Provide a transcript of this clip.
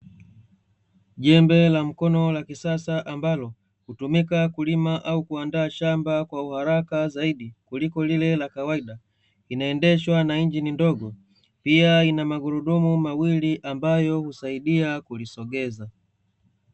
Jembe la mkono la kisasa, ambalo hutumika kulima au kuandaa shamba kwa uharaka zaidi kuliko lile la kawaida, inaendeshwa na injini ndogo pia ina magurudumu mawili ambayo husaidia kulisogeza.